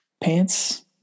Pants